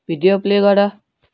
video play गर